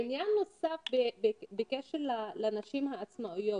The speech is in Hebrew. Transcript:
עניין נוסף בקשר לנשים העצמאיות.